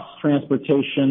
transportation